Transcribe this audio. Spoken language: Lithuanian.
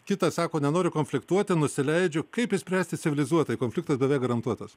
kitas sako nenori konfliktuoti nusileidžiu kaip išspręsti civilizuotai konfliktas beveik garantuotas